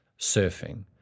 surfing